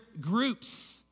groups